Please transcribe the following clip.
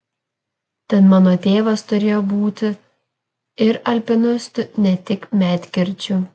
tad mano tėvas turėjo būti ir alpinistu ne tik medkirčiu